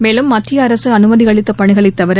மேலும் மத்திய அரசு அனுமதி அளித்த பணிகளைத் தவிர